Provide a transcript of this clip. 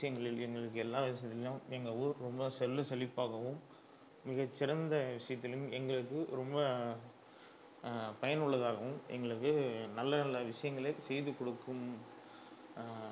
விஷயங்களில் எங்களுக்கு எல்லா விஷயங்களிலும் எங்கள் ஊர் ரொம்ப செல்வ செழிப்பாகவும் மிகச்சிறந்த விஷயத்திலும் எங்களுக்கு ரொம்ப பயனுள்ளதாகவும் எங்களுக்கு நல்ல நல்ல விஷயங்களை செய்து கொடுக்கும்